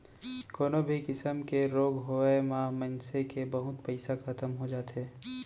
कोनो भी किसम के रोग होय म मनसे के बहुत पइसा खतम हो जाथे